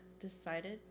decided